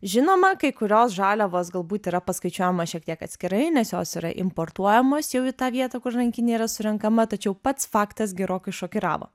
žinoma kai kurios žaliavos galbūt yra paskaičiuojamos šiek tiek atskirai nes jos yra importuojamos jau į tą vietą kur rankinė yra surenkama tačiau pats faktas gerokai šokiravo